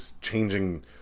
changing